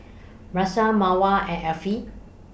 Mawar and Afiq